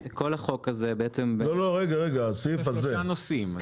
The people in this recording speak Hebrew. כל החוק הזה בעצם --- שלושה נושאים.